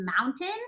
mountain